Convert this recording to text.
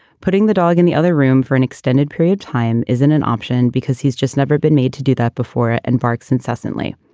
putting the dog in the other room for an extended period time isn't an option because he's just never been made to do that before and barks incessantly.